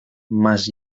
más